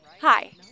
hi